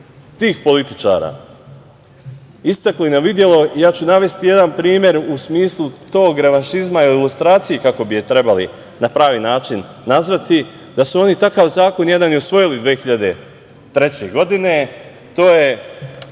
tih političara istakli na videlo ja ću navesti jedan primer u smislu tog revanšizma ili lustracije, kako bi je trebali na pravi način nazvati, da su oni takav zakon jedan i usvojili 2003. godine. Taj